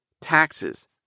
taxes